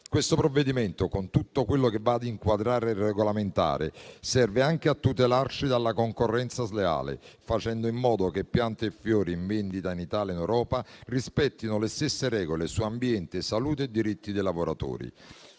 Questo provvedimento, con tutto quello che va ad inquadrare e regolamentare, serve anche a tutelarci dalla concorrenza sleale, facendo in modo che piante e fiori in vendita in Italia e in Europa rispettino le stesse regole su ambiente, salute e diritti dei lavoratori.